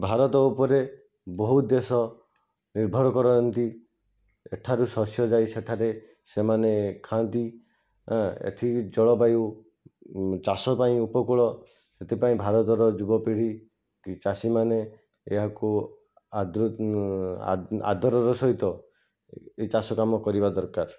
ଭାରତ ଉପରେ ବହୁତ ଦେଶ ନିର୍ଭର କରନ୍ତି ଏଠାରୁ ଶସ୍ୟ ଯାଇ ସେଠାରେ ସେମାନେ ଖାଆନ୍ତି ହଁ ଏଠି ଜଳବାୟୁ ଚାଷ ପାଇଁ ଉପକୂଳ ଏଥିପାଇଁ ଭାରତର ଯୁବପିଢ଼ୀ ଚାଷୀମାନେ ଏହାକୁ ଆଦରର ସହିତ ଏହି ଚାଷକାମ କରିବା ଦରକାର